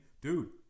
Dude